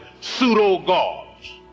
pseudo-gods